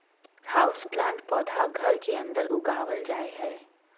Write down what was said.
houseplant पौधा घर के अंदर उगावल जा हय